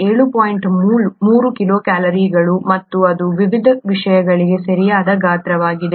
3 ಕಿಲೋಕ್ಯಾಲರಿಗಳು ಮತ್ತು ಅದು ವಿವಿಧ ವಿಷಯಗಳಿಗೆ ಸರಿಯಾದ ಗಾತ್ರವಾಗಿದೆ